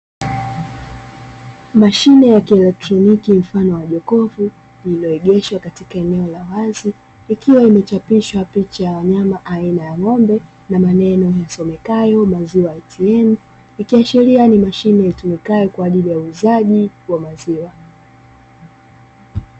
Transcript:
Mashine ya kielektroniki mfano wa jokofu lililoegeshwa katika eneo la wazi ikiwa imechapishwa picha ya wanyama aina ya ng'ombe na maneno yasomekayo "maziwa ATM" ikiashiria ni machine itumikayo kwa ajili ya uuzaji wa maziwa.